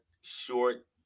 short